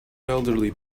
elderly